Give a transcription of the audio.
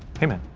hey man.